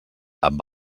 amb